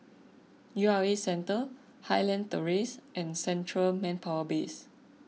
U R A Centre Highland Terrace and Central Manpower Base